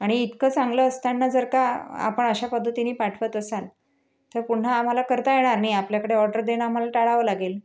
आणि इतकं चांगलं असताना जर का आपण अशा पद्धतीने पाठवत असाल तर पुन्हा आम्हाला करता येणार नाही आपल्याकडे ऑर्डर देणं आम्हाला टाळावं लागेल